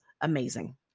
amazing